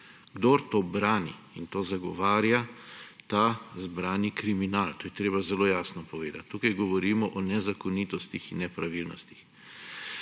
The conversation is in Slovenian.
Kdor to brani in to zagovarja, ta brani kriminal, to je treba zelo jasno povedati. Tukaj govorimo o nezakonitostih in nepravilnostih.